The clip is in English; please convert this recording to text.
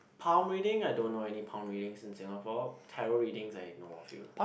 palm reading I don't know any palm readings in Singapore tarot readings I know a few